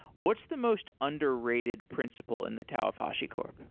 what's the most underrated principle in the tal of hashicorp?